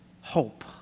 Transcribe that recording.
hope